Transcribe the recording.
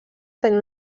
tenir